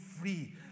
free